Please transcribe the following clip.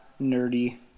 nerdy